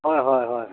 হয় হয় হয়